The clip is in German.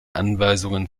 anweisungen